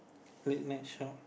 late night twelve